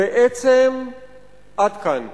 בעצם עד כאן,